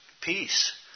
peace